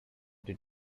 did